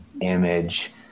image